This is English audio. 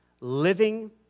living